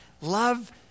Love